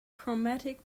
chromatic